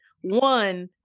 one